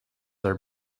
are